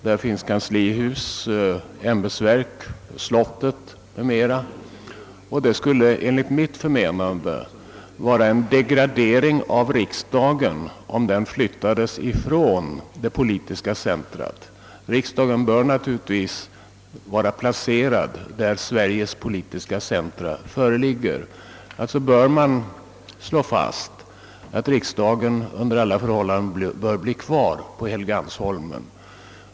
Där finns kanslihus, ämbetsverk, slottet m.m., och det skulle enligt mitt förmenande vara en degradering av riksdagen om den flyttades ifrån vårt politiska centrum; riksdagen bör naturligtvis vara placerad där Sveriges politiska centrum ligger. Jag vill därför slå fast att riksdagen under alla förhållanden bör bli kvar på Helgeandsholmen.